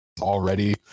already